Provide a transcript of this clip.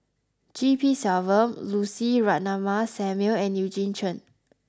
G P Selvam Lucy Ratnammah Samuel and Eugene Chen